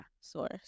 source